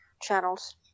channels